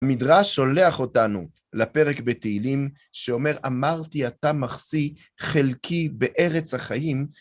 מדרש שולח אותנו לפרק בתהילים שאומר, אמרתי אתה מחזיק חלקי בארץ החיים.